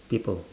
people